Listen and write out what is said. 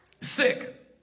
Sick